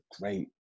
great